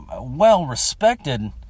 well-respected